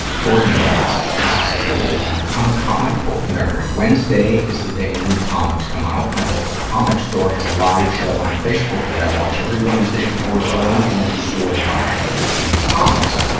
gordon writes this is his happy moment i'm a comic book nerd. wednesday is the day new comics come out. my local comics store has a live show on facebook that i watch every wednesday before going into the store to buy the new comics.